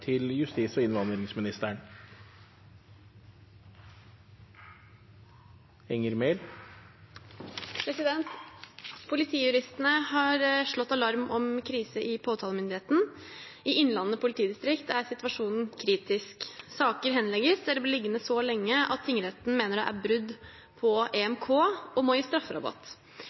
til nytten. «Politijuristene slår alarm om krise i påtalemyndigheten. I Innlandet politidistrikt er situasjonen kritisk. Saker henlegges eller blir liggende så lenge at tingretten mener det er brudd på Den europeiske menneskerettighetskonvensjon og må gi strafferabatt.